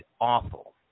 awful